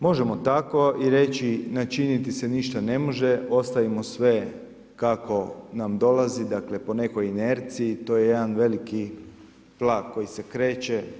Možemo i tako i reci, načiniti se ništa ne može, ostavimo sve kako nam dolazi, dakle po nekoj inerciji, to je jedan veliki … koji se kreće.